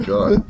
God